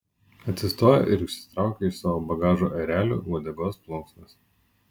atsistojo ir išsitraukė iš savo bagažo erelio uodegos plunksnas